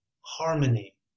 harmony